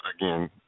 again